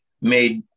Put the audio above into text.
made